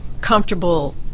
comfortable